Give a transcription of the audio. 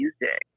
music